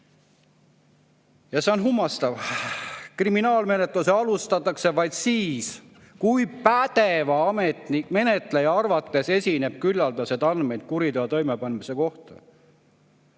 – see on kummastav: "Kriminaalmenetlust alustatakse vaid siis, kui pädeva menetleja arvates esineb küllaldaselt andmeid kuriteo toimepanemise kohta.